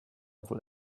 wohl